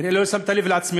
כמעט לא שמת לב לעצמך.